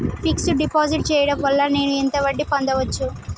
Fix డ్ deposit చేయటం వల్ల నేను ఎంత వడ్డీ పొందచ్చు?